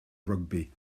rygbi